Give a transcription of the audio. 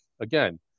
again